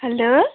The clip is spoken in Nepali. हेलो